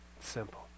Simple